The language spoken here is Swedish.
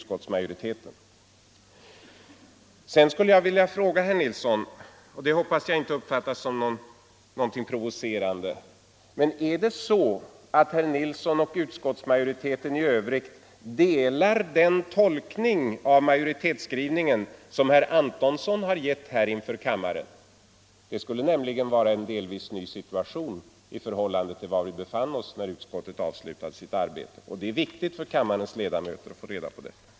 Sedan skulle jag vilja fråga herr Nilsson, och det hoppas jag inte uppfattas som någonting provocerande: Instämmer herr Nilsson och utskottsmajoriteten i övrigt i den tolkning av majoritetsskrivningen som herr Antonsson har gjort inför kammaren? Det skulle nämligen vara en delvis ny situation i förhållande till den som vi befann oss i när utskottet avslutade sitt arbete. Och det är viktigt för kammarens ledamöter att få reda på det.